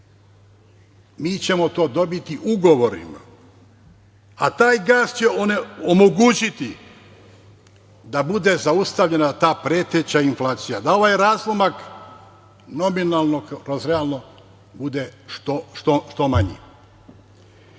mi ćemo to dobiti ugovorima. A taj gas će omogućiti da bude zaustavljena ta preteća inflacija, da ovaj razlomak nominalnog kroz realno bude što manji.